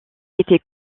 était